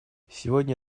сегодня